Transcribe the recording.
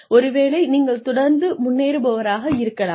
ஒருவேளை நீங்கள் தொடர்ந்து முன்னேறுபவராக இருக்கலாம்